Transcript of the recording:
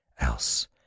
Else